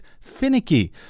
finicky